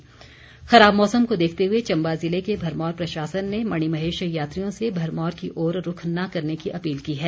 मणिमहेश खराब मौसम को देखते हुए चम्बा ज़िले के भरमौर प्रशासन ने मणिमहेश यात्रियों से भरमौर की ओर रूख न करने की अपील की है